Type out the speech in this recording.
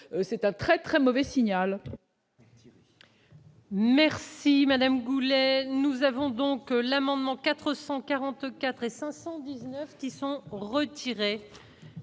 c'est un très très mauvais signal.